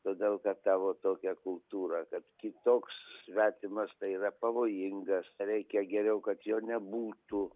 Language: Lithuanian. todėl kad tavo tokia kultūra kad kitoks svetimas tai yra pavojingas reikia geriau kad jo nebūtų